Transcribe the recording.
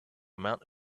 amount